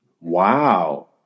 Wow